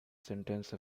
sentence